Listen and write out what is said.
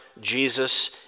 Jesus